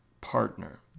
partner